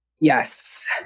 Yes